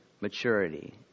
maturity